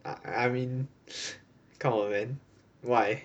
I mean come on man why